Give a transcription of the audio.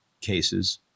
cases